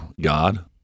God